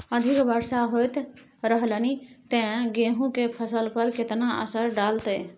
अधिक वर्षा होयत रहलनि ते गेहूँ के फसल पर केतना असर डालतै?